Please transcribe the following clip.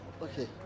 Okay